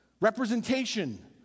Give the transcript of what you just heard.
representation